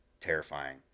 terrifying